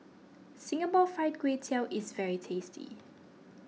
Singapore Fried Kway Tiao is very tasty